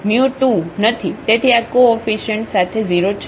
તેથી આ કોઓફીશીઅ્નટ સાથે 0 છે